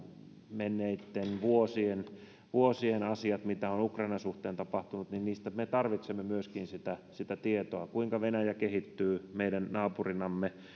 menneitten vuosien vuosien asioista mitä on ukrainan suhteen tapahtunut me tarvitsemme myöskin sitä sitä tietoa kuinka venäjä kehittyy meidän naapurinamme